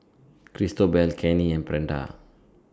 Cristobal Cannie and Brenda